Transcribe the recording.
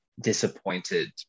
disappointed